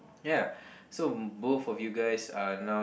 ya so both of you guys are now